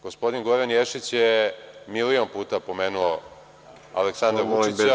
Gospodin Goran Ješić je milion puta pomenuo Aleksandra Vučića…